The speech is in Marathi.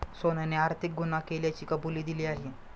सोहनने आर्थिक गुन्हा केल्याची कबुली दिली आहे